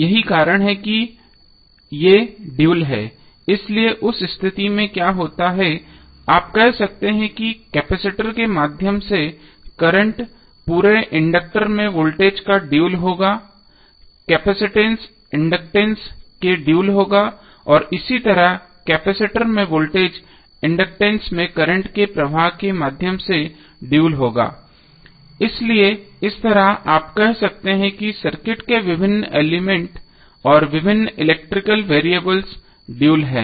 यही कारण है कि ये ड्यूल हैं इसलिए उस स्थिति में क्या होता है आप कह सकते हैं कि कैपेसिटर के माध्यम से करंट पूरे इंडक्टर में वोल्टेज का ड्यूल होगा केपसिटंस इंडक्टेंस के ड्यूल होगा और इसी तरह कैपेसिटर में वोल्टेज इंडक्टेंस में करंट प्रवाह के माध्यम से ड्यूल होगा इसलिए इस तरह आप कह सकते हैं कि सर्किट के विभिन्न एलिमेंट और विभिन्न इलेक्ट्रिकल वेरिएबल्स ड्यूल हैं